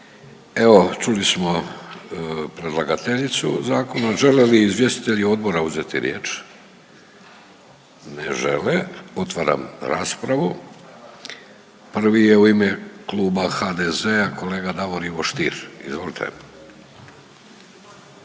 Evo čuli smo predlagateljicu zakona. Žele li izvjestitelji odbora uzeti riječ? Ne žele. Otvaram raspravu. Prvi je u ime kluba HDZ-a kolega Davor Ivo Stier, izvolite.